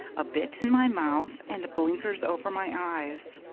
a bit in my mouth, and blinkers over my eyes.